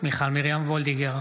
מיכל מרים וולדיגר,